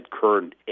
current